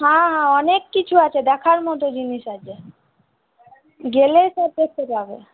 হ্যাঁ হ্যাঁ অনেক কিছু আছে দেখার মতো জিনিস আছে গেলে সব দেখতে পাবে